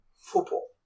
football